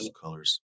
Colors